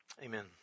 Amen